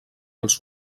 els